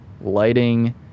lighting